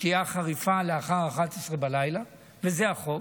שתייה חריפה לאחר 23:00, וזה החוק,